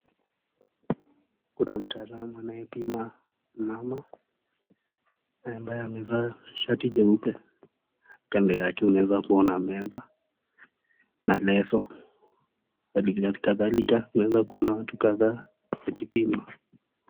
Kuna mtalamu ayepima mama ambaye amevaa shati jeupe kando yake unaweza kuona meza na leso na kadhalika unaweza kuona watu kadhaa wakipimwa.